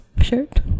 shirt